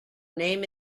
name